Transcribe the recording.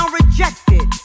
rejected